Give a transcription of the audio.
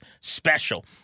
special